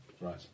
Right